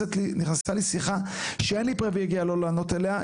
נכנסה לי שיחה שאין לי פריווילגיה לא לענות אליה.